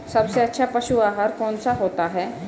सबसे अच्छा पशु आहार कौन सा होता है?